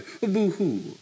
boo-hoo